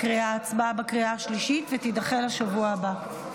ההצבעה בקריאה השלישית תידחה לשבוע הבא.